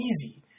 easy